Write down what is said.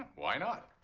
why not?